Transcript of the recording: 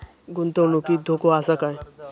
गुंतवणुकीत धोको आसा काय?